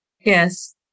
Yes